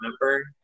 remember